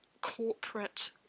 corporate